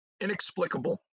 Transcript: inexplicable